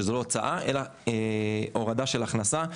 שזו לא הוצאה אלא הורדה של הכנסה.